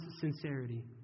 sincerity